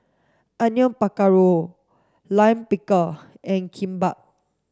Onion Pakora Lime Pickle and Kimbap